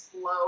slow